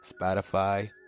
Spotify